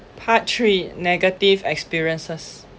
part three negative experiences